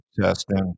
Testing